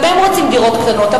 גם הם רוצים דירות קטנות.